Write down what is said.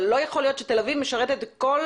לא יכול להיות שתל אביב משרתת את כל